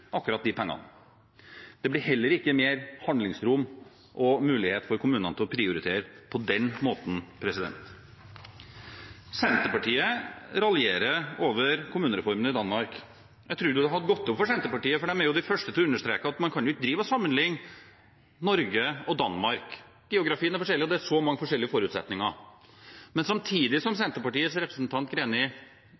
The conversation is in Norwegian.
akkurat de pengene. Det blir heller ikke mer handlingsrom og mulighet for kommunene til å prioritere på den måten. Senterpartiet raljerer over kommunereformen i Danmark. Jeg trodde det hadde gått opp for Senterpartiet, for de er jo de første til å understreke at man ikke kan sammenligne Norge og Danmark. Geografien er forskjellig, og det er så mange forskjellige forutsetninger. Men når Senterpartiets representant Greni raljerer over de kommunene som